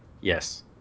Yes